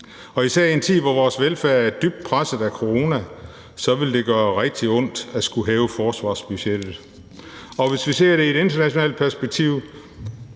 Især i en tid, hvor vores velfærd er dybt presset af corona, vil det gøre rigtig ondt at skulle hæve forsvarsbudgettet, og hvis vi ser det i et internationalt perspektiv,